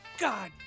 God